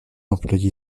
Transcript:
employée